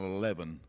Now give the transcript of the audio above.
eleven